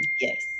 Yes